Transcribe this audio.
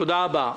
תודה רבה.